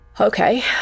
Okay